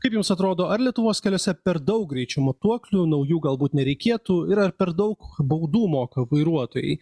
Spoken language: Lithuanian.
kaip jums atrodo ar lietuvos keliuose per daug greičio matuoklių naujų galbūt nereikėtų ir ar per daug baudų moka vairuotojai